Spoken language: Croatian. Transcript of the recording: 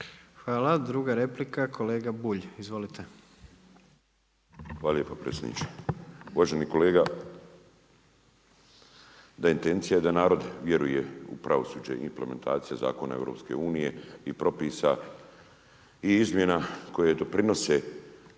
Hvala. Druga replika kolega Bulj. Izvolite. **Bulj, Miro (MOST)** Hvala lijepa predsjedniče. Uvaženi kolega, da, je intencija da narod vjeruje u pravosuđe i implementacija zakona EU-a i propisa, i izmjena koje doprinose